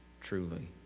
truly